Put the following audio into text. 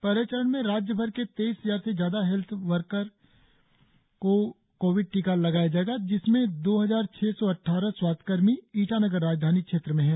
पहले चरण में राज्यभर के तेईस हजार से ज्यादा हेल्थ केयर वर्कर्स को कोविड टीका लगाया जाएगा जिसमें दो हजार छह सौ अद्वारह स्वास्थ्यकर्मी ईटनगर राजधानी क्षेत्र में है